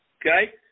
Okay